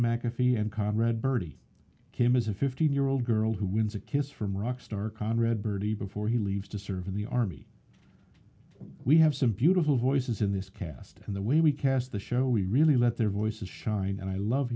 mcafee and conrad birdie kim as a fifteen year old girl who wins a kiss from rock star conrad birdie before he leaves to serve in the army we have some beautiful voices in this cast and the way we cast the show we really let their voices shine and i love